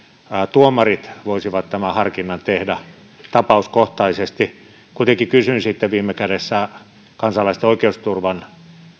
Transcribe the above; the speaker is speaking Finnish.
tuomarit voisivat tämän harkinnan tehdä tapauskohtaisesti kuitenkin kysyisin sitten viime kädessä kansalaisten oikeusturvan